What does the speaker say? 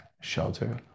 shelter